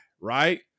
right